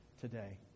today